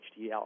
HDL